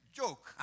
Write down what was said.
joke